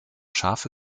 scharfe